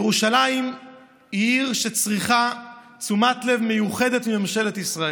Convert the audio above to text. ירושלים היא עיר שצריכה תשומת לב מיוחדת מממשלת ישראל.